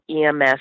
EMS